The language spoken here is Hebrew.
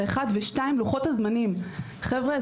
שנית: לוחות הזמנים חבר'ה,